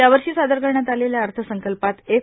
यावर्षी सादर करण्यात आलेल्या अर्थसंकल्पात एफ